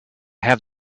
have